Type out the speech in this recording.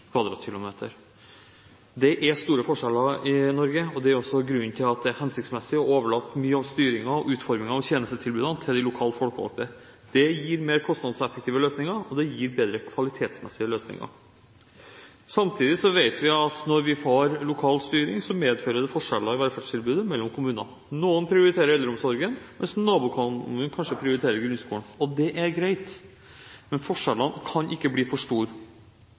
er store forskjeller i Norge, og det er også grunnen til at det er hensiktsmessig å overlate mye av styringen og utformingen av tjenestetilbudene til de lokalt folkevalgte. Det gir mer kostnadseffektive løsninger, og det gir bedre kvalitetsmessige løsninger. Samtidig vet vi at når vi har lokal styring, medfører det forskjeller i velferdstilbudet mellom kommunene. Noen prioriterer eldreomsorgen, mens nabokommunen kanskje prioriterer grunnskolen. Det er greit, men forskjellene kan ikke bli for store.